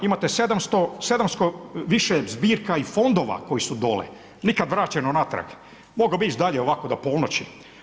Imate 700 više zbirka i fondova koje su dole, nikad vraćeno natrag, mogao bi ići dalje ovako do ponoći.